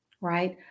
right